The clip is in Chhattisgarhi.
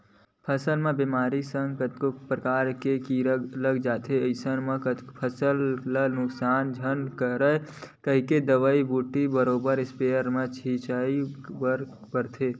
फसल म बेमारी के संग कतको परकार के कीरा लग जाथे अइसन म फसल ल नुकसान झन करय कहिके दवई बूटी बरोबर इस्पेयर ले छिचवाय बर परथे